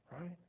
right